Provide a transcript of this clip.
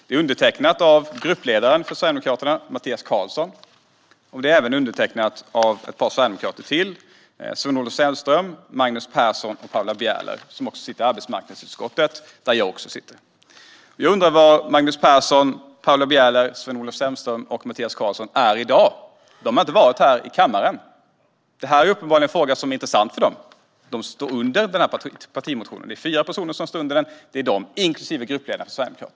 Det är undertecknat av gruppledaren för Sverigedemokraterna, Mattias Karlsson. Det är även undertecknat av sverigedemokraterna Sven-Olof Sällström, Magnus Persson och Paula Bieler, som också - liksom jag själv - sitter i arbetsmarknadsutskottet. Jag undrar var Magnus Persson, Paula Bieler, Sven-Olof Sällström och Mattias Karlsson är i dag. De har inte varit här i kammaren. Detta är uppenbarligen en fråga som är intressant för dem, eftersom deras namn står under denna partimotion. Det är dessa fyra personers namn som står under den, och bland dem finns Sverigedemokraternas gruppledare.